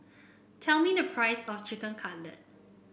tell me the price of Chicken Cutlet